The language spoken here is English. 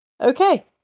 okay